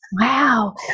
Wow